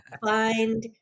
find